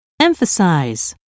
emphasize